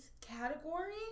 category